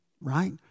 Right